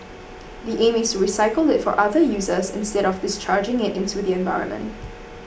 the aim is to recycle it for other uses instead of discharging it into the environment